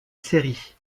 série